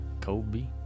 Kobe